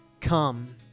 come